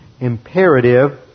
imperative